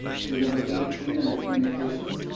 to number eighteen, under communications,